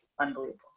unbelievable